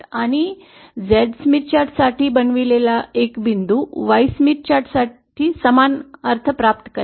आणि Z Smith चार्टसाठी बनविलेले एक बिंदू वाय स्मिथ चार्टसाठी समान अर्थ प्राप्त करेल